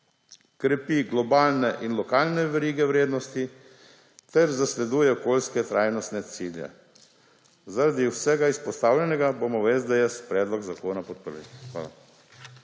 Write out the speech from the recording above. krepi globalne in lokalne verige vrednosti ter zasleduje okoljske trajnostne cilje. Zaradi vsega izpostavljenega, bomo v SDS predlog zakona podprli. Hvala.